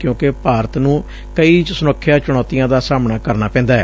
ਕਿਊਕਿ ਭਾਰਤ ਨੂੰ ਕਈ ਸੁਰੱਖਿਆ ਚੁਣੌਤੀਆ ਦਾ ਸਾਹਮਣਾ ਕਰਨਾ ਪੈਦੈ